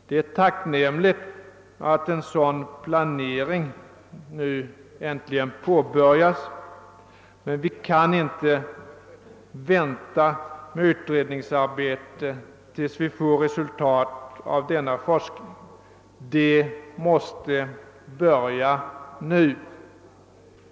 Det är tacknämligt att en sådan planering äntligen igångsatts, men vi kan inte vänta med utredningsarbete tills vi får resultat av denna forskning, utan det måste börja nu.